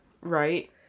Right